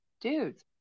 dudes